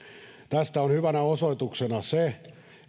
tästä on hyvänä osoituksena se